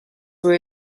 were